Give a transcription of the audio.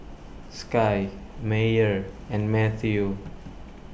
Sky Meyer and Mathew